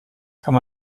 kann